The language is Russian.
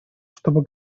чтобы